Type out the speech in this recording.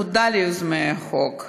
תודה ליוזמי החוק.